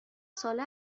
ساله